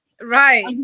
Right